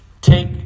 take